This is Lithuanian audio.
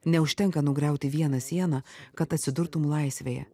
neužtenka nugriauti vieną sieną kad atsidurtum laisvėje